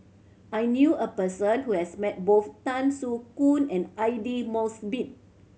I knew a person who has met both Tan Soo Khoon and Aidli Mosbit